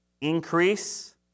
increase